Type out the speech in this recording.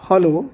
hello